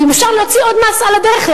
ואם אפשר להוציא עוד מס על הדרך,